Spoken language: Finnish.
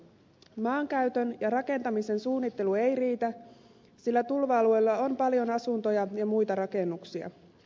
maankäytön ja rakentamisen suunnittelu ei riitä sillä tulva alueilla on paljon asuntoja ja muita rakennuksia